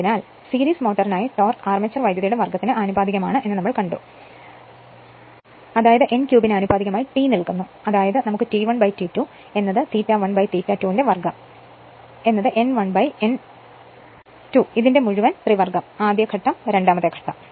അതിനാൽ സീരീസ് മോട്ടോറിനായി torque armature വൈദ്യുതിയുടെ വർഗ്ഗത്തിന് ആനുപാതികമാണ് അത് n3 ന് ആനുപാതികമായി T നൽകുന്നു അതായത് നമുക്ക് T1 T2 ∅1∅2 വർഗം 1 n2 മുഴുവൻ ത്രിവർഗം ആദ്യ ഘട്ടം രണ്ടാമത്തെ ഘട്ടം